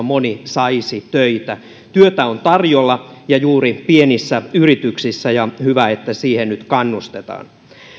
moni saisi töitä työtä on tarjolla ja juuri pienissä yrityksissä ja hyvä että siihen nyt kannustetaan